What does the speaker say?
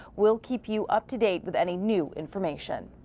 we'll keep you up-to-date with any new information.